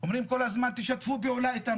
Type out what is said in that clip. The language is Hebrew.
אומרים כל הזמן: שתפו איתנו פעולה.